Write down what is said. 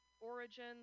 Origin